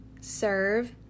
serve